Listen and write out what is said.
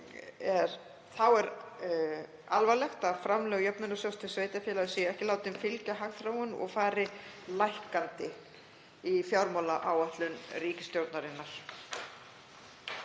Þá er alvarlegt að framlög jöfnunarsjóðs til sveitarfélaga séu ekki látin fylgja hagþróun og fari lækkandi í fjármálaáætlun ríkisstjórnarinnar.